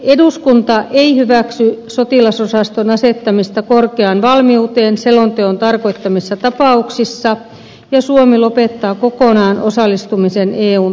eduskunta ei hyväksy sotilasosaston asettamista korkeaan valmiuteen selonteon tarkoittamissa tapauksissa ja edellyttää että suomi lopettaa kokonaan osallistumisen eun taistelujoukkoihin